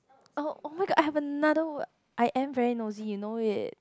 oh oh-my-god I have another word I am very nosy you know it